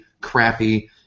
crappy